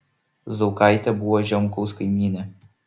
zaukaitė buvo žemkaus kaimynė